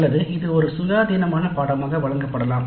அல்லது இது ஒரு சுயாதீனமான பாடநெறியாக வழங்கப்படலாம்